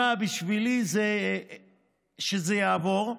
שמע, בשבילי, אם זה יעבור,